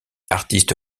artiste